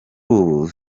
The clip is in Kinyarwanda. ubu